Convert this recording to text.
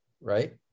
right